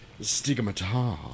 Stigmata